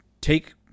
take